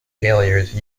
failures